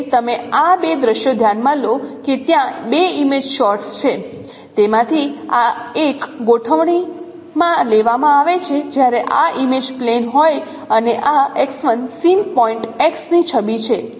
તેથી તમે આ બે દૃશ્યો ધ્યાનમાં લો કે ત્યાં બે ઇમેજ શોર્ટ્સ છે તેમાંથી આ એક ગોઠવણી માં લેવામાં આવે છે જ્યારે આ ઇમેજ પ્લેન હોય અને આ સીન પોઇન્ટ x ની છબી છે